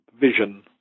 vision